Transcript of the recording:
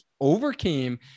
overcame